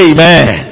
Amen